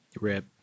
RIP